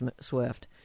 Swift